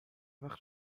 وقت